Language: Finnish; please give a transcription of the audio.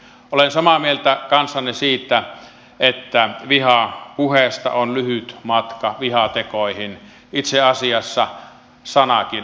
olen samaa mieltä kanssanne siitä että vihapuheesta on lyhyt matka vihatekoihin itse asiassa sanakin on teko